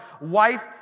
wife